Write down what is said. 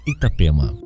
Itapema